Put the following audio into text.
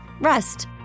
rest